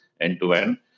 end-to-end